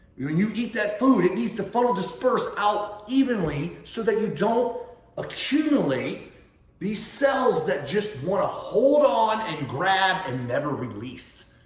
you and you eat that food, it needs the funnel dispersed out evenly so that you don't accumulate these cells that just want to hold on and grab and never release.